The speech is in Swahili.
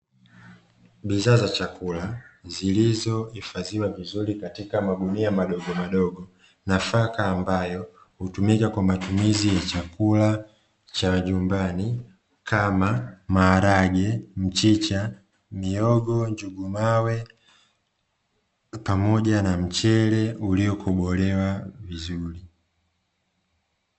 Bidhaa za chakula zilizohifadhiwa vizuri katika magunia madogomadogo, nafaka ambayo hutumika kwa matumizi ya chakula cha nyumbani kama: maharage, mchicha, mihogo, njugu mawe pamoja na mchele uliokobolewa vizuri.